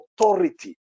authority